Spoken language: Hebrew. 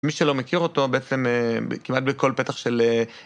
מי שלא מכיר אותו, בעצם כמעט בכל פתח של...